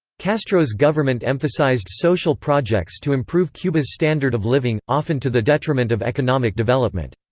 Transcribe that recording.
castro's government emphasised social projects to improve cuba's standard of living, often to the detriment of economic development.